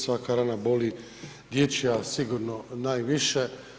Svaka rana boli, dječja sigurno najviše.